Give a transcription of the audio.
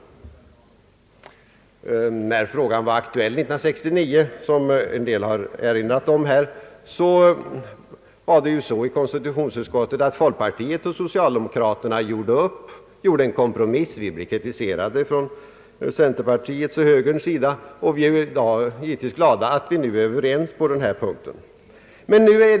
När frågan var aktuell 1962 gjorde, som en del talare erinrat om, folkpartisterna och socialdemokraterna i konstitutionsutskottet en kompromiss. Vi blev kritiserade från centerpartiets och högerns sida och vi är givetvis glada att vi i dag är överens inom oppositionen på denna punkt.